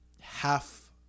half